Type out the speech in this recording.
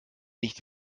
nicht